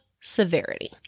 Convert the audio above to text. severity